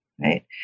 right